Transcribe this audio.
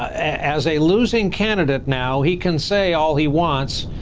as a losing candidate now he can say all he wants,